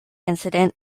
incident